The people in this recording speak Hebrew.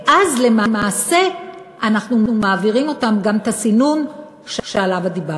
ואז למעשה אנחנו מעבירים גם אותם את הסינון שעליו דיברת.